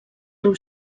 riu